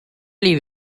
leave